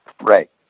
right